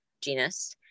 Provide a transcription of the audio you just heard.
genus